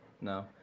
no